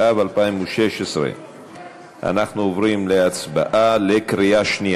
התשע"ו 2016. אנחנו עוברים להצבעה בקריאה שנייה.